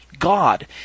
God